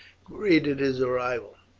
greeted his arrival,